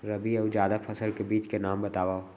रबि अऊ जादा फसल के बीज के नाम बताव?